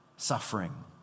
suffering